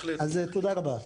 תודה רבה.